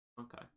Okay